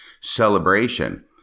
celebration